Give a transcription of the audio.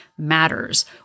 matters